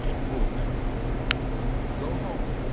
hold, then go home,